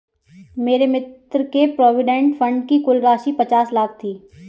मेरे मित्र के प्रोविडेंट फण्ड की कुल राशि पचास लाख थी